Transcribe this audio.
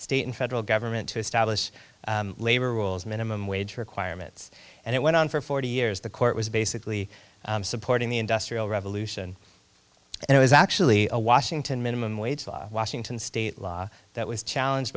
state and federal government to establish labor rules minimum wage requirements and it went on for forty years the court was basically supporting the industrial revolution and it was actually a washington minimum wage law washington state law that was challenged